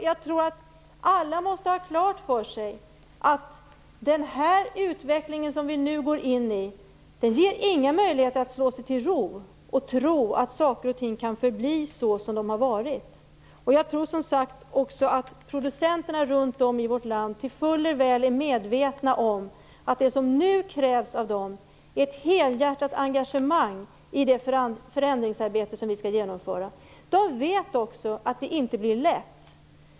Jag tror att alla måste ha klart för sig att den utveckling som vi nu går in i inte ger någon möjlighet att slå sig till ro och tro att saker och ting kan förbli som de har varit. Jag tror som sagt också att producenterna runt om i vårt land fuller väl är medvetna om att det som nu krävs av dem är ett helhjärtat engagemang i det förändringsarbete som skall genomföras. De vet också att det inte blir lätt.